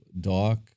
dark